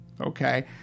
Okay